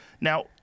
Now